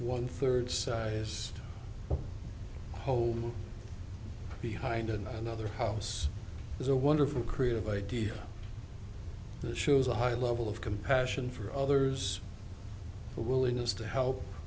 one third size hole behind another house is a wonderful creative idea that shows a high level of compassion for others a willingness to help